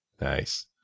nice